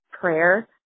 prayer